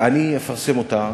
אני אפרסם אותה,